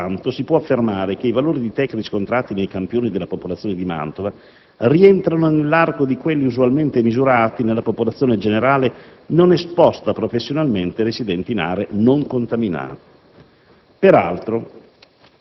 50 anni). Pertanto, si può affermare che i valori di TEQ riscontrati nei campioni della popolazione di Mantova rientrano nell'arco di quelli usualmente misurati nella popolazione generale non esposta professionalmente e residente in aree non contaminate.